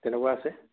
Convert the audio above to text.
তেনেকুৱা আছে